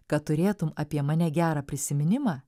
kad turėtum apie mane gerą prisiminimą